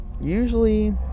usually